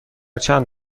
چند